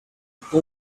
can